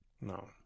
No